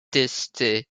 tester